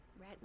right